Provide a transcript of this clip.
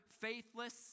faithless